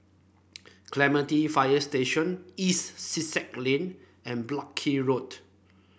Clementi Fire Station East Sussex Lane and Buckley Road